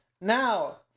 Now